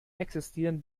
existieren